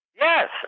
Yes